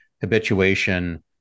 habituation